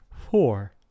four